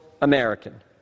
american